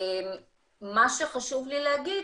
מה שחשוב לי להגיד,